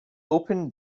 open